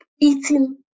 eating